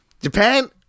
Japan